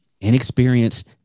inexperienced